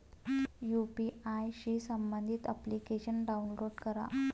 UPI शी संबंधित application download करा